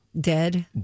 dead